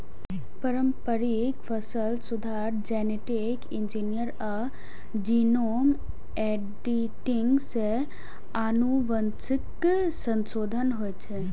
पारंपरिक फसल सुधार, जेनेटिक इंजीनियरिंग आ जीनोम एडिटिंग सं आनुवंशिक संशोधन होइ छै